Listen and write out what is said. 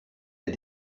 est